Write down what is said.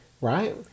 right